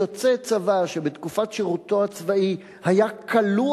"יוצא צבא שבתקופת שירותו הצבאי היה כלוא